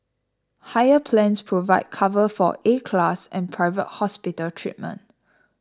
higher plans provide cover for A class and private hospital treatment